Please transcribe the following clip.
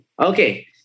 Okay